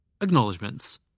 Acknowledgements